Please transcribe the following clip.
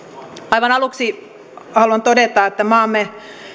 aivan aluksi haluan todeta että maamme